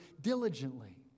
diligently